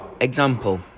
Example